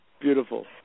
beautiful